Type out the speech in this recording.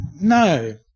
No